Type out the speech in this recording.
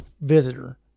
visitor